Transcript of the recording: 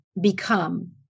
become